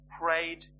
Prayed